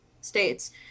states